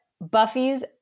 Buffy's